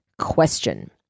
question